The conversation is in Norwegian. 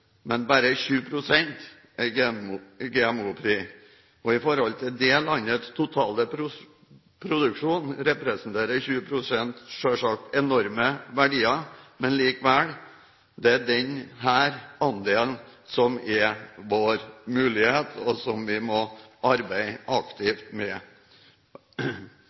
men bare 20 pst. er GMO-frie. I forhold til det landets totale produksjon representerer 20 pst. selvsagt enorme volumer, men likevel er det denne andelen som er vår mulighet, og som vi må arbeide aktivt med.